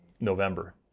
November